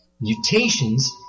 mutations